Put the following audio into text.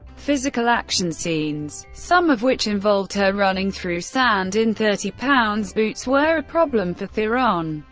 physical action scenes, some of which involved her running through sand in thirty lb boots were a problem for theron.